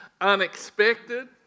unexpected